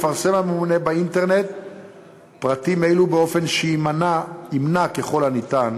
יפרסם הממונה באינטרנט פרטים אלו באופן שימנע ככל הניתן